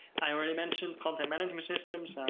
i already mentioned content management systems,